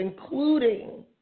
including